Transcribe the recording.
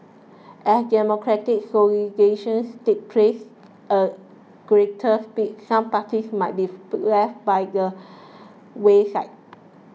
as democratic takes place a greater speed some parties might beef left by the wayside